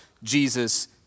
Jesus